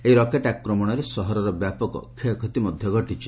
ଏହି ରକେଟ୍ ଆକ୍ରମଣରେ ସହରର ବ୍ୟାପକ କ୍ଷୟକ୍ଷତି ମଧ୍ୟ ଘଟିଛି